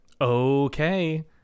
Okay